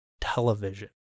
television